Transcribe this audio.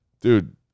Dude